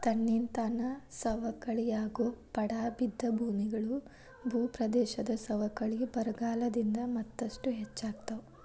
ತನ್ನಿಂತಾನ ಸವಕಳಿಯಾಗೋ ಪಡಾ ಬಿದ್ದ ಭೂಮಿಗಳು, ಭೂಪ್ರದೇಶದ ಸವಕಳಿ ಬರಗಾಲದಿಂದ ಮತ್ತಷ್ಟು ಹೆಚ್ಚಾಗ್ತಾವ